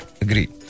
agreed